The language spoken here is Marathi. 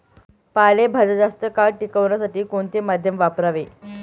पालेभाज्या जास्त काळ टिकवण्यासाठी कोणते माध्यम वापरावे?